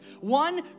One